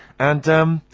and erm,